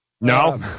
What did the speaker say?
No